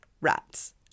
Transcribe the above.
rats